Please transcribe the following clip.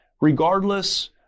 Regardless